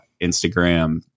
Instagram